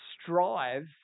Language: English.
strive